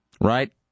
right